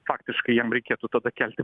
faktiškai jam reikėtų tada kelti